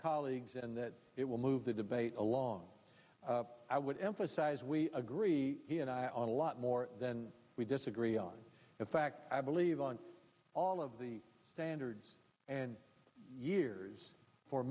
colleagues and that it will move the debate along i would emphasize we agree on a lot more than we disagree on in fact i believe on all of the standards and years for